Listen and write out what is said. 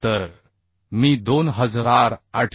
तर मी 2858